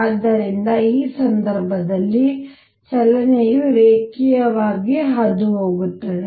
ಆದ್ದರಿಂದ ಆ ಸಂದರ್ಭದಲ್ಲಿ ಚಲನೆಯು ರೇಖೀಯವಾಗಿ ಹಾದುಹೋಗುತ್ತದೆ